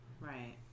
right